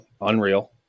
Unreal